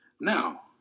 Now